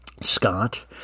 Scott